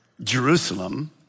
Jerusalem